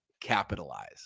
capitalize